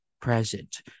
Present